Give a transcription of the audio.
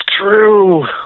true